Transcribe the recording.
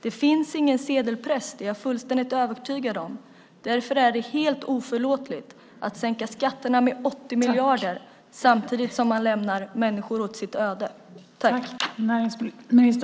Det finns ingen sedelpress, det är jag fullständigt övertygad om. Därför är det helt oförlåtligt att sänka skatterna med 80 miljarder samtidigt som man lämnar människor åt sitt öde.